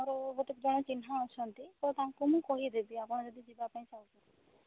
ହଉ ଗୋଟେ ଜଣେ ଚିହ୍ନା ଅଛନ୍ତି ତ ତାଙ୍କୁ ମୁଁ କହିଦେବି ଆପଣ ଯଦି ଯିବା ପାଇଁ ଚାହୁଁଛନ୍ତି